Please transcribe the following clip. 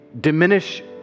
diminish